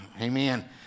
Amen